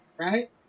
right